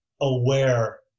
aware